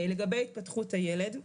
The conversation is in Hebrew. לגבי התפתחות הילד,